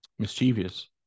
mischievous